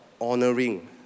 honoring